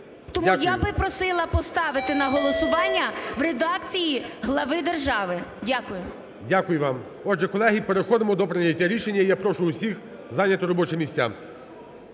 Тому я би просила поставити на голосування в редакції глави держави. Дякую. ГОЛОВУЮЧИЙ. Дякую вам. Отже, колеги, переходимо до прийняття рішення і я прошу усіх зайняти робочі місця.